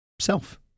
self